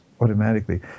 automatically